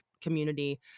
community